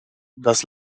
das